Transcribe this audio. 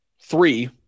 three